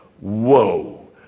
whoa